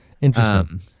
Interesting